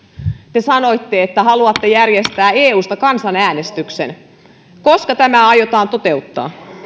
te sanoitte että haluatte järjestää eusta kansanäänestyksen koska tämä aiotaan toteuttaa